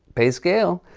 pays scale.